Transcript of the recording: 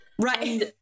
Right